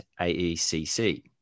AECC